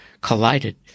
collided